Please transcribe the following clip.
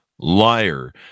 Liar